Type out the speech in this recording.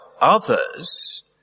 others